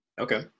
okay